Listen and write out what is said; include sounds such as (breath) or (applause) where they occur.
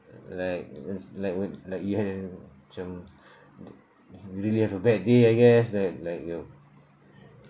like just like wh~ like you had a some (breath) really have a bad day I guess that like you